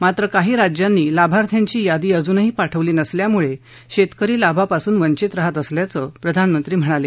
मात्र काही राज्यांनी लाभार्थ्यांची यादी अजूनही पाठवली नसल्यामुळे शेतकरी लाभापासून वंचित राहत असल्याचं प्रधानमंत्री म्हणाले